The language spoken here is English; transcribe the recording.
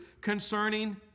concerning